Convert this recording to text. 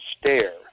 stare